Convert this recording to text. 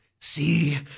See